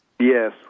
Yes